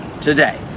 today